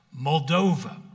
Moldova